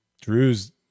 Drew's